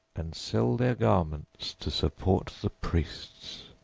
and sell their garments to support the priests.